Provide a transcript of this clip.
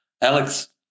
Alex